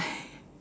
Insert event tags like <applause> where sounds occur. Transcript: <laughs>